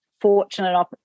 fortunate